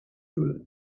rude